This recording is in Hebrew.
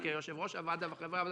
כיושב-ראש הוועדה וכחברי הוועדה,